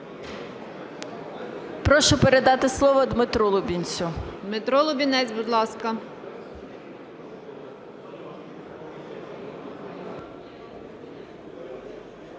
Прошу передати слово Дмитру Лубінцю. ГОЛОВУЮЧА. Дмитро Лубінець, будь ласка.